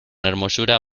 hermosura